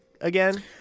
again